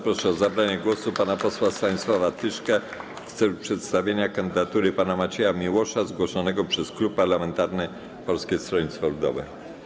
Proszę o zabranie głosu pana posła Stanisława Tyszkę w celu przedstawienia kandydatury pana Macieja Miłosza zgłoszonego przez klub parlamentarny Polskie Stronnictwo Ludowe.